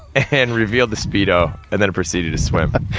and revealed the speedo. and then proceeded to swim.